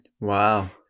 Wow